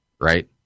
right